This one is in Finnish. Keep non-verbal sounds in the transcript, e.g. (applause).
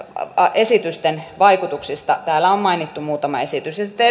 esitysten vaikutuksista täällä on mainittu muutama esitys sitten (unintelligible)